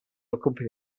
accompany